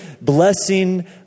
blessing